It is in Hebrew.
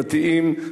דתיים,